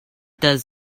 does